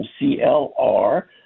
CLR